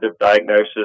diagnosis